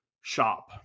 shop